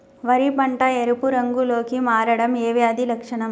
వరి పంట ఎరుపు రంగు లో కి మారడం ఏ వ్యాధి లక్షణం?